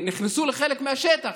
הם נכנסו לחלק מהשטח,